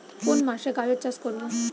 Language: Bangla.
কোন মাসে গাজর চাষ করব?